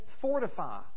fortify